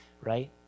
right